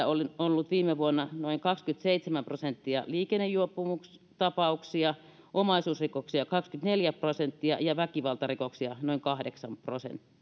oli ollut viime vuonna noin kaksikymmentäseitsemän prosenttia liikennejuopumustapauksia omaisuusrikoksia kaksikymmentäneljä prosenttia ja väkivaltarikoksia noin